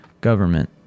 government